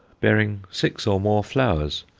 bearing six or more flowers,